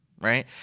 Right